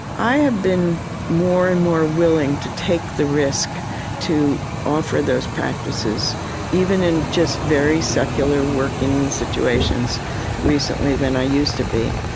i have been more and more willing to take the risk to offer those practices even in just very secular working situations recently than i used to be